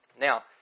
Now